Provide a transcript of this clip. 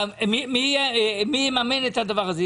מי יממן את הדבר הזה?